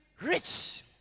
rich